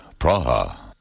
Praha